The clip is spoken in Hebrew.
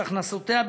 שהכנסותיה,